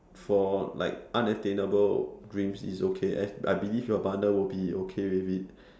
for like unattainable dreams is okay as I believe your partner will be okay with it